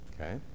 Okay